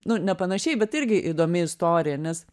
nu ne panašiai bet irgi įdomi istorija nes